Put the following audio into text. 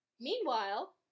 Meanwhile